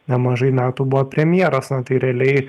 nemažai metų buvo premjeras tai realiai